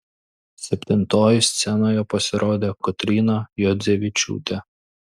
septintoji scenoje pasirodė kotryna juodzevičiūtė